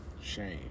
Shame